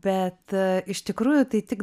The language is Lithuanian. bet iš tikrųjų tai tik